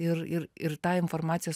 ir ir ir tą informaciją